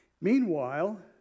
Meanwhile